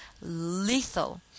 lethal